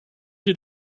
did